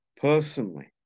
personally